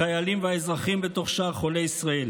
החיילים והאזרחים, בתוך שאר חולי ישראל,